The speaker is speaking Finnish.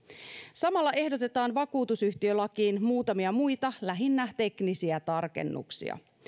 samalla ehdotetaan vakuutusyhtiölakiin muutamia muita lähinnä teknisiä tarkennuksia